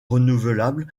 renouvelables